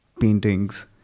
paintings